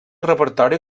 repertori